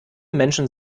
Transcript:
menschen